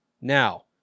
Now